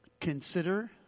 consider